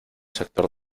sector